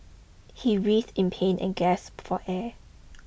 he writhed in pain and gasped for air